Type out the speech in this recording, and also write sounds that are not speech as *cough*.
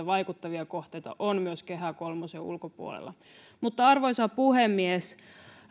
*unintelligible* vaikuttavia kohteita on myös kehä kolmosen ulkopuolella arvoisa puhemies